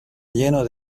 lleno